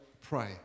pray